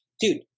dude